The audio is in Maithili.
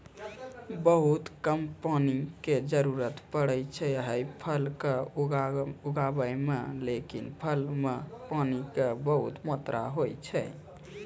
बहुत कम पानी के जरूरत पड़ै छै है फल कॅ उगाबै मॅ, लेकिन फल मॅ पानी के खूब मात्रा होय छै